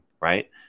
right